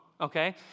okay